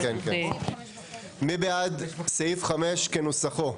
מי בעד סעיף 5 כנוסחו?